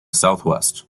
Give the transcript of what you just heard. southwest